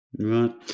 right